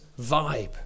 vibe